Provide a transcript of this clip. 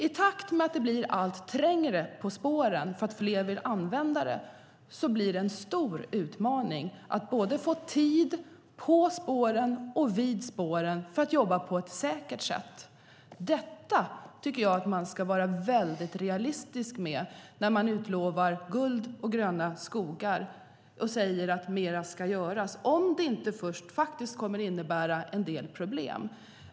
I takt med att det blir allt trängre på spåren därför att fler vill använda dem blir det en stor utmaning att få tid både på spåren och vid spåren för att jobba på ett säkert sätt. Detta tycker jag att man ska vara väldigt realistisk med när man utlovar guld och gröna skogar och säger att mer ska göras, om det inte först kommer att innebära en del problem.